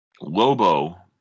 Lobo